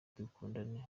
dukundane